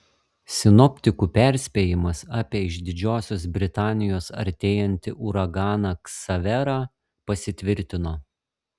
sinoptikų perspėjimas apie iš didžiosios britanijos artėjantį uraganą ksaverą pasitvirtino